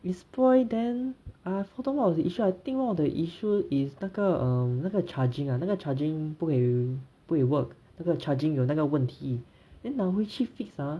it spoil then I forgot what was the issue I think one of the issue is 那个 um 那个 charging ya 那个 charging 不可以不可以 work 那个 charging 有那个问题 then 拿回去 fix ah